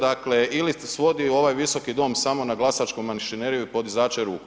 Dakle, ili svodi ovaj visoki dom samo na glasačku mašineriju i podizače ruku.